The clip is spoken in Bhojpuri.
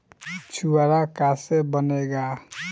छुआरा का से बनेगा?